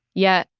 yet.